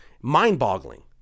mind-boggling